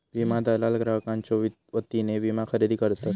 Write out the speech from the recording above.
विमा दलाल ग्राहकांच्यो वतीने विमा खरेदी करतत